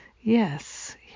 Yes